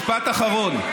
כשהיית אומר לי: משפט אחרון,